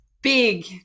big